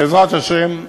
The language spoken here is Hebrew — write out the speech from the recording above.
בעזרת השם,